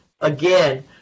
again